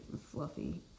fluffy